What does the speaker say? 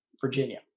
Virginia